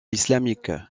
islamique